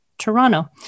Toronto